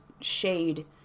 shade